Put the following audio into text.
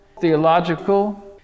theological